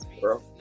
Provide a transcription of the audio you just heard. bro